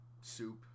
Soup